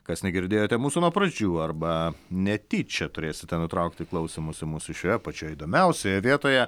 kas negirdėjote mūsų nuo pradžių arba netyčia turėsite nutraukti klausymosi mūsų šioje pačioje įdomiausioje vietoje